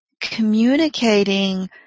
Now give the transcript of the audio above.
communicating